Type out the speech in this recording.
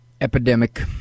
epidemic